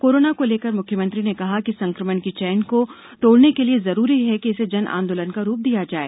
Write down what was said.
corona को लेकर मुख्यमंत्री ने कहा कि संक्रमण की चेन को तोड़ने के लिए जरूरी है कि इसे जन आंदोलन का रूप दिया जाए